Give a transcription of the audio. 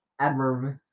Adverb